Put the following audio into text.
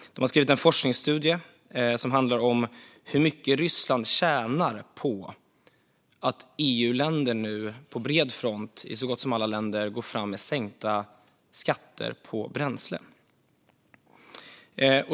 De har skrivit en forskningsstudie som handlar om hur mycket Ryssland tjänar på att EU-länder nu på bred front, så gott som alla länder, går fram med sänkta skatter på bränsle.